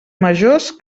majors